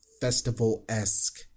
festival-esque